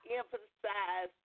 emphasize